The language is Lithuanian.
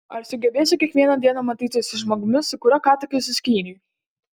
ar sugebėsi kiekvieną dieną matytis su žmogumi su kuriuo ką tik išsiskyrei